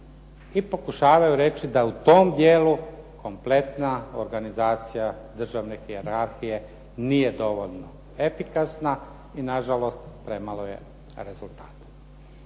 I pokušavaju reći da u tom dijelu kompletna organizacija državne hijerarhije nije dovoljno efikasna i nažalost premalo je rezultata.